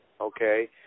Okay